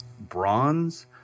Bronze